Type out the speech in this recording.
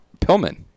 Pillman